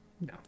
No